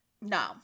No